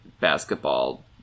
basketball